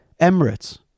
Emirates